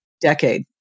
decade